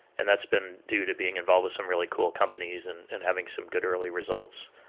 and that's been due to being involved with some really cool companies and and having some good early results.